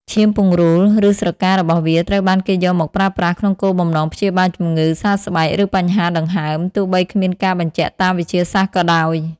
ឈាមពង្រូល ឬស្រការបស់វាត្រូវបានគេយកមកប្រើប្រាស់ក្នុងគោលបំណងព្យាបាលជំងឺសើស្បែក ឬបញ្ហាដង្ហើម ទោះបីគ្មានការបញ្ជាក់តាមវិទ្យាសាស្ត្រក៏ដោយ។